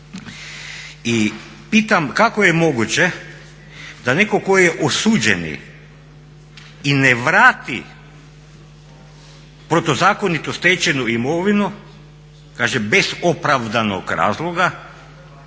I pitam kako je moguće da netko tko je osuđeni i ne vrati protuzakonito stečenu imovinu kaže bez opravdanog razloga